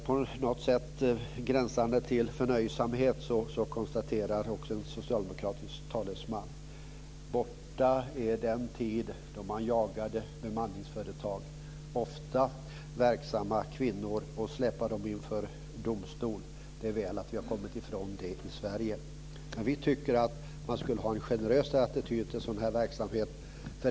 På något sätt gränsande till förnöjsamhet konstaterar en socialdemokratisk talesman: Borta är den tid då man jagade bemanningsföretag, med ofta kvinnor verksamma, och släpade dem inför domstol. Det är väl att vi har kommit ifrån det i Vi tycker att man skulle ha en generösare attityd till en sådan här verksamhet.